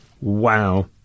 Wow